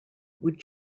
would